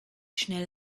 schnell